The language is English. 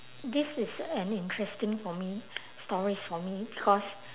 this is an interesting for me stories for me because